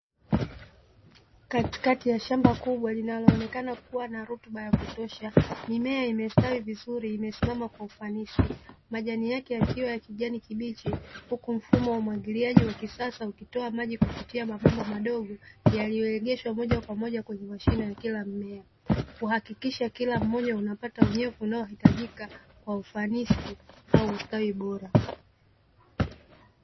Katikati ya shamba kubwa linaloonekana kuwa na rutuba ya kutosha, mimea imestawi vizuri, imesimama kwa ufanisi, majani yake yakiwa ya kijani kibichi, huku mfumo wa umwagiliaji wa kisasa ukitoa maji kupitia mabomba madogo yaliyoegeshwa moja kwa moja kwenye mashina ya kila mmea, kuhakikisha kila mmoja unapata unyevu unaohitajika kwa ufanisi au ustawi bora.